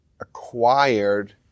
acquired